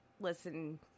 listen